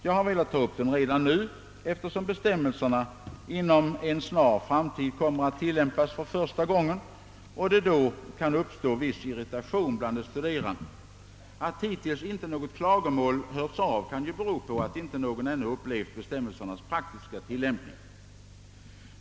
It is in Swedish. Jag har velat ta upp den redan nu, eftersom bestämmelserna inom en snar framtid kommer att tillämpas för första gången och det då kan uppstå en viss irritation bland de studerande. Att hittills inga klagomål har förekommit kan bero på att ännu ingen har upplevt bestämmelsernas praktiska tillämpning.